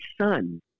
son